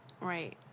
right